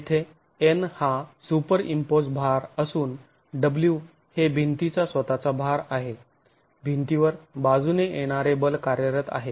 येथे N हा superimposed भार असून W हे भिंतीचा स्वतःचा भार आहे भिंतीवर बाजूने येणारे बल कार्यरत आहे